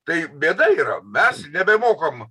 tai bėda yra mes nebemokam